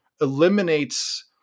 eliminates